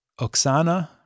Oksana